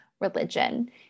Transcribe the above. religion